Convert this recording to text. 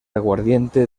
aguardiente